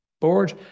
Board